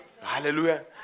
Hallelujah